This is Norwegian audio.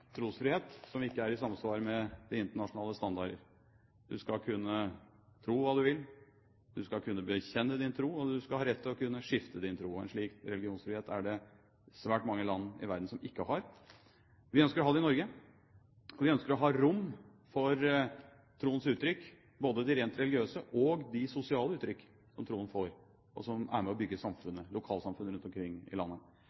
trosfrihet som ikke er i samsvar med internasjonale standarder. Man skal kunne tro hva man vil, man skal kunne bekjenne sin tro og man skal ha rett til å kunne skifte sin tro. En slik religionsfrihet er det svært mange land i verden som ikke har. Vi ønsker å ha det i Norge, og vi ønsker å ha rom for troens uttrykk, både de rent religiøse og de sosiale uttrykk som troen får, og som er med på å bygge